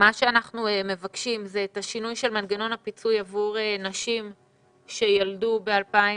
אנחנו מבקשים את השינוי של מנגנון הפיצוי עבור נשים שילדו ב-2019.